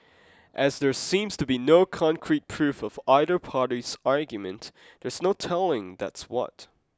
as there seems to be no concrete proof of either party's argument there's no telling that's what